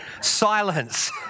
Silence